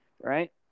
Right